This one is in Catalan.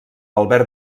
albert